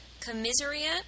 Commissariat